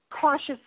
cautious